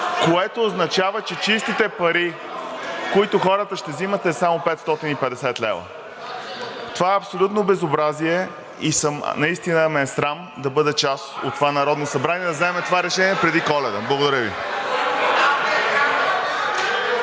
което означава, че чистите пари, които хората ще взимат, са само 550 лв. Това е абсолютно безобразие. Наистина ме е срам да бъда част от това Народно събрание и да вземем това решение преди Коледа. Благодаря Ви.